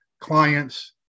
clients